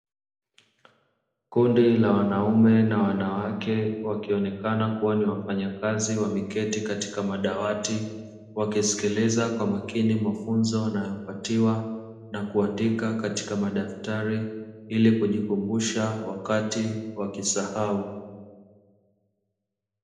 Kundi la wanaume na wanawake wakionekana kuwa ni wafanyakazi wameeketi katika madawati wakisikiliza kwa makini mafunzo wanayopatiwa na kuandika katika madaftari ili kujikumbusha wakati wa kisahau.